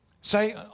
Say